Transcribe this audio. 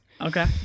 okay